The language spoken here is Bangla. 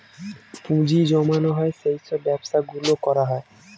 পুঁজি জমানো হয় সেই সব ব্যবসা গুলো করা হয়